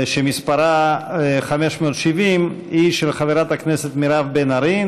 שמספרה 570, היא של חברת הכנסת מירב בן ארי.